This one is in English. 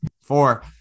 Four